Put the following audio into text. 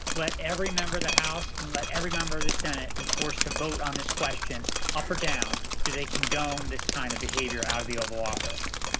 let every member of the house and let every member of the senate be forced to vote on this question up or down do they condone this kind of behavior out of the oval office?